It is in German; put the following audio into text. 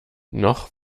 noch